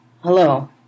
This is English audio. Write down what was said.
Hello